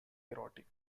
erotic